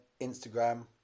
Instagram